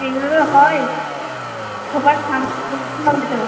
এইভাবে হয় সবার সামনে বলতে হবে তো